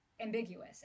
ambiguous